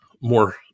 more